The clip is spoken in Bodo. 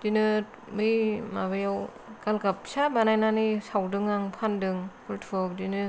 बिदिनो बै माबायाव गालगाब फिसा बानायनानै सावदों आं फानदों बिदिनो